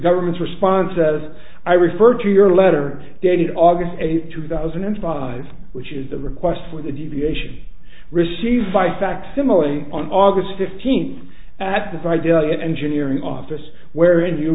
government's response as i referred to your letter dated august eighth two thousand and five which is the request for the deviation received by facsimile on august fifteenth at the very idea of engineering office wherein you